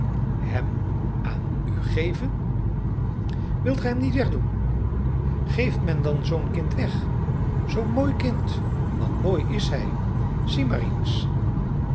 hem aan u geven wilt gij hem niet wegdoen geeft men dan zoo'n kind weg zoo'n mooi kind want mooi is hij zie maar eens